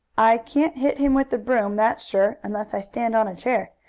i can't hit him with the broom, that's sure, unless i stand on a chair,